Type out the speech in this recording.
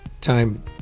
time